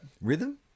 Rhythm